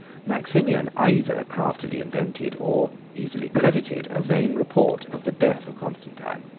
maximian either craftily invented, or easily credited, a vain report of the death of constantine.